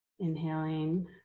Inhaling